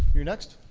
you're next.